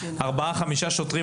ארבעה-חמישה שוטרים,